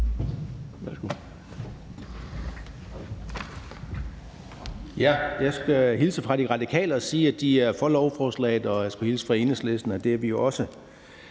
Jeg skal hilse fra De Radikale og sige, at de er for lovforslaget, og jeg skal også hilse fra Enhedslisten og sige, at det er vi også.